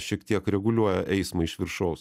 šiek tiek reguliuoja eismą iš viršaus